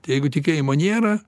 jeigu tikėjimo nėra